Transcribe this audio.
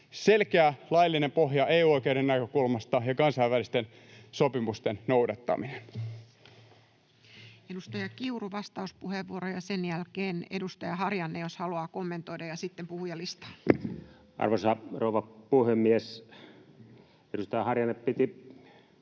selkeä laillinen pohja EU-oikeuden näkökulmasta ja kansainvälisten sopimusten noudattaminen. [Pauli Kiuru pyytää vastauspuheenvuoroa] Edustaja Kiuru, vastauspuheenvuoro, ja sen jälkeen edustaja Harjanne, jos haluaa kommentoida. — Ja sitten puhujalistaan. Arvoisa rouva puhemies! Edustaja Harjanne piti